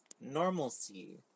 normalcy